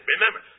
Remember